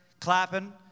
clapping